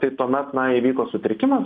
tai tuomet na įvyko sutrikimas